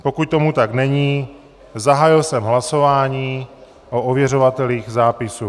Pokud tomu tak není, zahájil jsem hlasování o ověřovatelích zápisu.